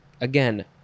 Again